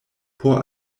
por